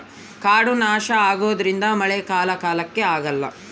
ಕಾಡು ನಾಶ ಆಗೋದ್ರಿಂದ ಮಳೆ ಕಾಲ ಕಾಲಕ್ಕೆ ಆಗಲ್ಲ